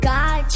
God